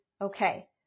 okay